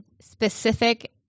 specific